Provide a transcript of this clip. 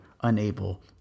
unable